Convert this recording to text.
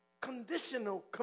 Conditional